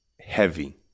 heavy